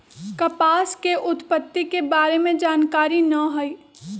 कपास के उत्पत्ति के बारे में जानकारी न हइ